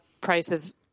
prices